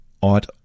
ought